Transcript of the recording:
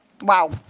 Wow